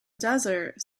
desert